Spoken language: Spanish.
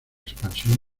expansión